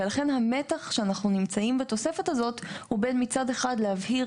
לכן המתח שאנחנו נמצאים בתוספת הזאת הוא בין מצד אחד להבהיר